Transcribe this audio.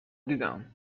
دیدم